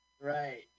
Right